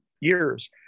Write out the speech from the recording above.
years